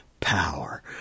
power